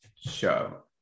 show